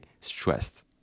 stressed